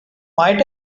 might